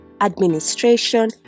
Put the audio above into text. administration